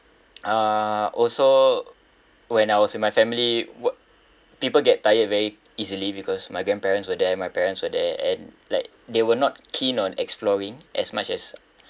uh also when I was with my family wha~ people get tired very easily because my grandparents were there my parents were there and like they were not keen on exploring as much as